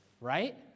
right